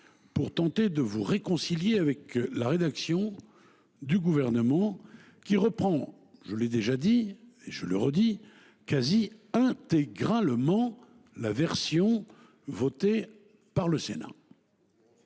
pour tenter de vous réconcilier avec la rédaction du Gouvernement, qui reprend, je l’ai déjà dit et je le répète, quasi intégralement la version votée par le Sénat,